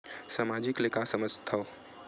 सामाजिक ले का समझ थाव?